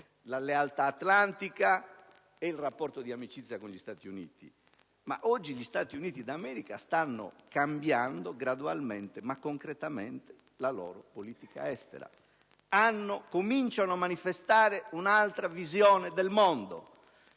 la lealtà atlantica e il rapporto di amicizia con gli Stati Uniti. Ma oggi questi ultimi stanno cambiando gradualmente ma concretamente la loro politica estera. Cominciano a manifestare un'altra visione del mondo,